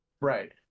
Right